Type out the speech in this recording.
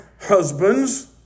husbands